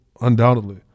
undoubtedly